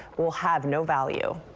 we'll have no value.